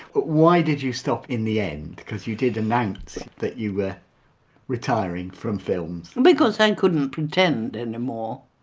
but why did you stop in the end because you did announce that you were retiring from films? because i couldn't pretend anymore.